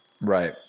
Right